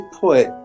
put